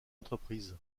entreprise